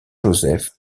joseph